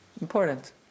Important